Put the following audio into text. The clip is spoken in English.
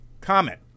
Comment